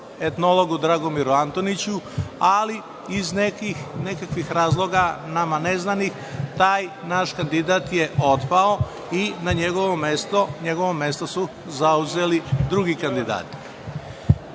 etnologu Dragomiru Antoniću, ali iz nekakvih razloga, nama neznanim, taj naš kandidat je otpao i njegovo mesto su zauzeli drugi kandidati.